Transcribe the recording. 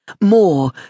More